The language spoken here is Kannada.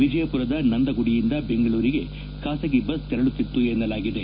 ವಿಜಯಪುರದ ನಂದಗುದಿ ಯಿಂದ ಬೆಂಗಳೂರಿಗೆ ಖಾಸಗಿ ಬಸ್ ತೆರಳುತಿತ್ತು ಎನ್ನಲಾಗಿದೆ